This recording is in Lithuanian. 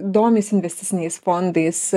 domisi investiciniais fondais